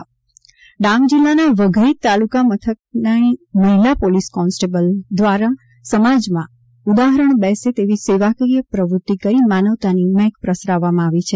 ડાંગ ડાંગ જિલ્લાના વઘઇ તાલુકા મથકની મહિલા પોલીસ કોન્સ્ટેબલ દ્વારા સમાજમાં ઉદાહરણ બેસે તેવી સેવાકીય પ્રવૃત્તિ કરી માનવતાની મ્હેંક પ્રસરાવી છે